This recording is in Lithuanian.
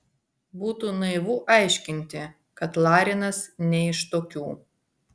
būtų naivu aiškinti kad larinas ne iš tokių